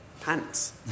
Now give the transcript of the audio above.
pants